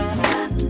stop